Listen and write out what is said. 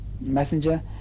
messenger